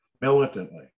militantly